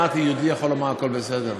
אמרתי: יהודי יכול לומר הכול בסדר?